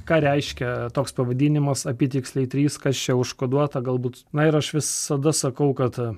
ką reiškia toks pavadinimas apytiksliai trys kas čia užkoduota galbūt na ir aš visada sakau kad